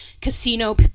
casino